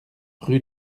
rue